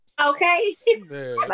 Okay